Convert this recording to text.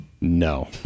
No